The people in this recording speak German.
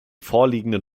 vorliegenden